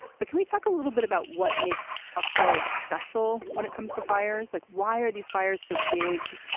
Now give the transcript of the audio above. but can we talk a little bit about what makes australia special when it comes to fires, like why are these fires so big?